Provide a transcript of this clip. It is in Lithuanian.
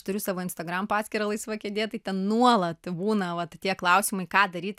turiu savo instagram paskyrą laisva kėdė tai ten nuolat būna vat tie klausimai ką daryt